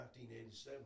1987